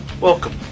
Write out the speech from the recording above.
Welcome